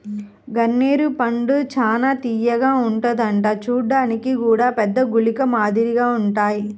గన్నేరు పండు చానా తియ్యగా ఉంటదంట చూడ్డానికి గూడా పెద్ద గుళికల మాదిరిగుంటాయ్